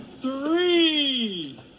Three